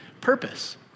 purpose